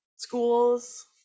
Schools